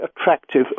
attractive